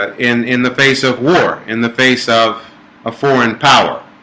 but in in the face of war in the face of a foreign power